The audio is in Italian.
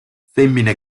femmine